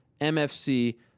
MFC